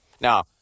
Now